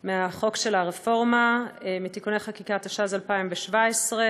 הרווחה והבריאות להכנה לקריאה שנייה ושלישית.